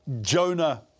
Jonah